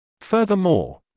Furthermore